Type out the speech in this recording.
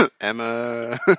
Emma